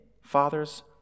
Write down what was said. fathers